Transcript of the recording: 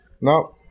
No